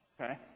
okay